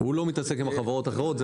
הוא לא מתעסק עם החברות האחרות.